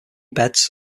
beds